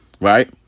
right